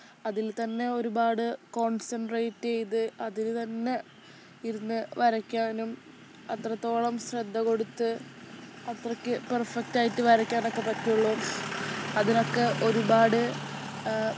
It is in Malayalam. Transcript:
അതിൽ തന്നെ ഒരുപാട് കോൺസെൻട്രേറ്റ് ചെയ്ത് അതില് തന്നെ ഇരുന്ന് വരയ്ക്കാനും അത്രത്തോളം ശ്രദ്ധ കൊടുത്ത് അത്രയ്ക്ക് പെർഫെക്റ്റായിട്ട് വരയ്ക്കാനൊക്കെ പറ്റുകയുള്ളു അതിനൊക്കെ ഒരുപാട്